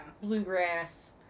bluegrass